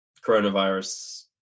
coronavirus